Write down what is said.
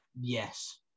yes